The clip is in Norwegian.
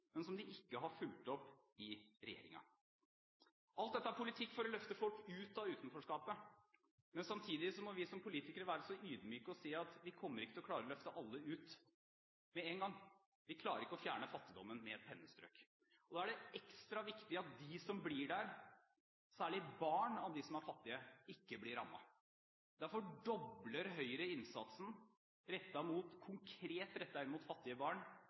men som de ikke har fulgt opp i regjeringen. Alt dette er politikk for å løfte folk ut av utenforskapet, men samtidig må vi som politikere være ydmyke og si at vi kommer ikke til å klare å løfte alle ut med en gang. Vi klarer ikke å fjerne fattigdommen med et pennestrøk. Da er det ekstra viktig at de som blir i utenforskapet, særlig barn av dem som er fattige, ikke blir rammet. Derfor dobler Høyre i sitt alternative statsbudsjett innsatsen konkret rettet mot fattige barn.